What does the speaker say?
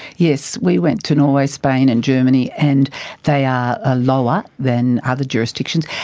yes, we went to norway, spain and germany, and they are ah lower than other jurisdictions.